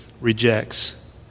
rejects